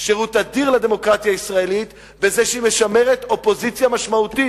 שירות אדיר לדמוקרטיה הישראלית בזה שהיא משמרת אופוזיציה משמעותית.